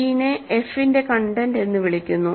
c നെ f ന്റെ content എന്ന് വിളിക്കുന്നു